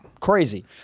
Crazy